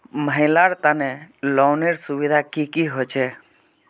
महिलार तने लोनेर सुविधा की की होचे?